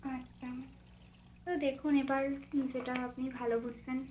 আচ্ছা তো দেখুন এবার যেটা আপনি ভালো বুঝবেন